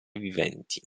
viventi